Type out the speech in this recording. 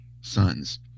sons